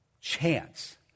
chance